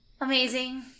Amazing